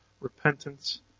repentance